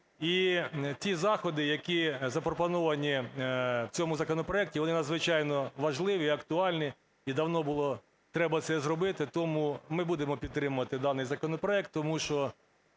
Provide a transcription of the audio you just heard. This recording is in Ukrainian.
І ті заходи, які запропоновані в цьому законопроекті, вони надзвичайно важливі і актуальні, і давно було треба це зробити. Тому ми будемо підтримувати даний законопроект, тому що